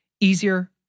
easier